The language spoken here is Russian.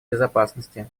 безопасности